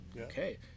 Okay